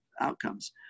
outcomes